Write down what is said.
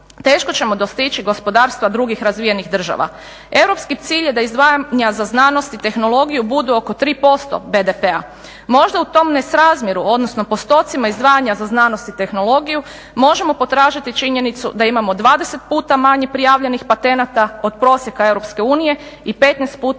teško ćemo dostići gospodarstva drugih razvijenih država. Europski cilj je da izdvajanja za znanost i tehnologiju budu oko 3% BDP-a. Možda u tom nesrazmjeru, odnosno postocima izdvajanja za znanost i tehnologiju možemo potražiti činjenicu da imamo 20 puta manje prijavljenih patenata od prosjeka EU i 15 puta